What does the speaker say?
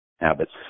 Habits